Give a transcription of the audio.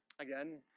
again,